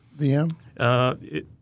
VM